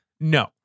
No